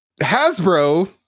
Hasbro